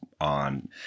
on